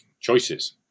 choices